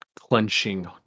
clenching